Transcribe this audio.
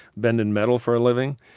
bending metal for a living,